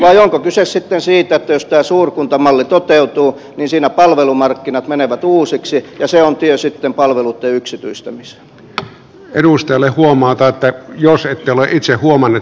vai onko kyse siitä että jos tämä suurkuntamalli toteutuu niin siinä palvelumarkkinat menevät uusiksi ja se on tie sitten palveluitten yksityistämiseen edustajille huomata että jos ei ole itse huomannut